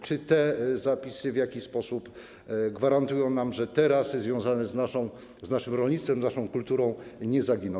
Czy te zapisy w jakiś sposób gwarantują nam, że te rasy związane z naszym rolnictwem, naszą kulturą nie zaginą?